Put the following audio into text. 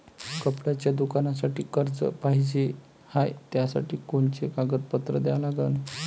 कपड्याच्या दुकानासाठी कर्ज पाहिजे हाय, त्यासाठी कोनचे कागदपत्र द्या लागन?